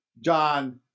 John